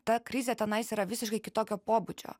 ta krizė tenais yra visiškai kitokio pobūdžio